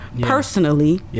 personally